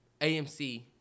AMC